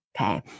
Okay